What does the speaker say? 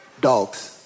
dogs